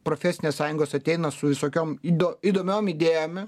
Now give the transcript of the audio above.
profesinės sąjungos ateina su visokiom ydom įdomiom įdėjome